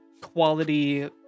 quality